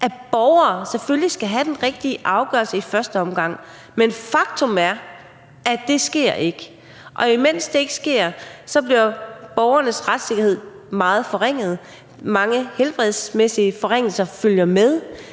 at borgere selvfølgelig skal have den rigtige afgørelse i første omgang, men faktum er, at det ikke sker. Og imens det ikke sker, bliver borgernes retssikkerhed meget forringet, der følger mange helbredsmæssige forringelser med,